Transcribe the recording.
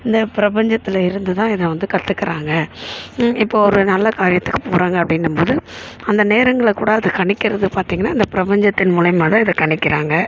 இந்த பிரபஞ்சத்தில் இருந்து தான் இதை வந்து கத்துக்கிறாங்க இப்போது ஒரு நல்ல காரியத்துக்கு போகிறாங்க அப்படின்னும் போது அந்த நேரங்களை கூட அது கணிக்கிறது பார்த்திங்கன்னா இந்த பிரபஞ்சத்தின் மூலிமா தான் இதை கணிக்கிறாங்க